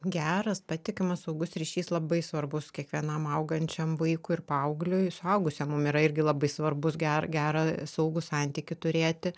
geras patikimas saugus ryšys labai svarbus kiekvienam augančiam vaikui ir paaugliui suaugusiem mum yra irgi labai svarbus gera gerą saugų santykį turėti